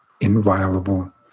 Inviolable